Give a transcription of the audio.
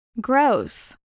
Gross